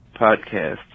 podcast